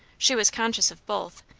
she was conscious of both,